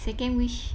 second wish